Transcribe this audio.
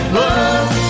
love